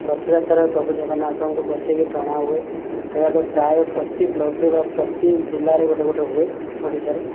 ରଥଯାତ୍ରାରେ ପ୍ରଭୁ ଜଗନ୍ନାଥଙ୍କୁ ବସେଇକି ଟଣା ହୁଅ ସେଇଟା ତ ପ୍ରାୟ ପ୍ରତି ବ୍ଲକ୍ରେ ବା ପ୍ରତି ଜିଲ୍ଲାରେ ଗୋଟେ ଗୋଟେ ହୁଏ ଓଡ଼ିଶାରେ